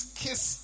kiss